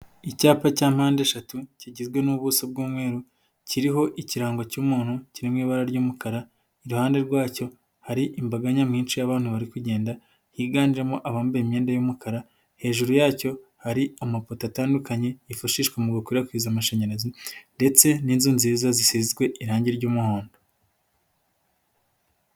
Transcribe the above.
Icyapa cya mpandeshatu kigizwe n'ubuso bw'umweru, kiriho ikirango cy'umuntu kiri mu ibara ry'umukara iruhande rwacyo hari imbaga nyamwinshi y'abantu bari kugenda, higanjemo abambaye imyenda y'umukara, hejuru yacyo hari amapoto atandukanye yifashishwa mu gukwirakwiza amashanyarazi, ndetse n'inzu nziza zisizwe irangi ry'umuhondo.